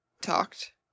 talked